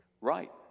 Right